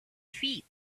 feet